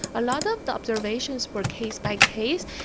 a lot of the observations were case-by-case,